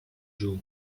jew